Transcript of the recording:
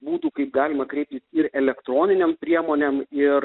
būdų kaip galima kreiptis ir elektroninėm priemonėm ir